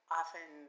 often